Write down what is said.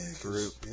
group